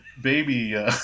baby